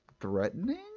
threatening